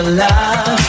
love